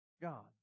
God